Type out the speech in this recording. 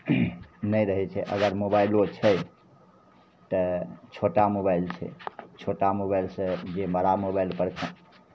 नहि रहै छै अगर मोबाइलो छै तऽ छोटा मोबाइल छै छोटा मोबाइलसँ जे बड़ा मोबाइलपर का